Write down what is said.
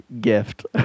gift